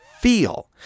feel